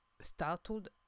startled